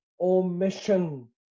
omission